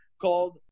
called